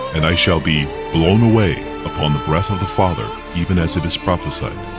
and i shall be blown away upon the breath of the father, even as it is prophesied.